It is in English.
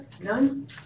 none